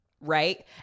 Right